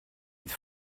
its